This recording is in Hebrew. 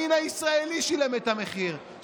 הימין הישראלי שילם את המחיר,